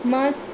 मां